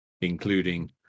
including